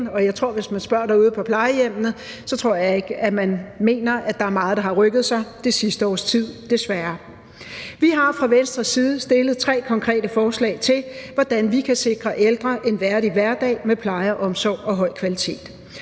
side. Og hvis man spørger derude på plejehjemmene, tror jeg ikke at de mener, at der er meget, der har rykket sig det sidste års tid – desværre. Vi har fra Venstres side stillet tre konkrete forslag til, hvordan vi kan sikre ældre en værdig hverdag med pleje, omsorg og høj kvalitet.